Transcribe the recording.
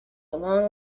long